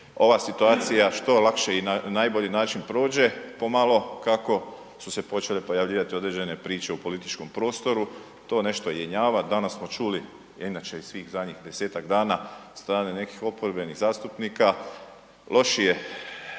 ova situacija što je lakše i na najbolji način prođe, pomalo, kako su se počele pojavljivati određene priče u političkom prostoru, to nešto jenjava, danas smo čuli, inače iz svih zadnjih 10-tak dana od strane nekih oporbenih zastupnika, lošije